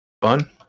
fun